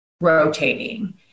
rotating